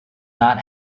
not